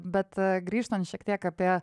bet grįžtant šiek tiek apie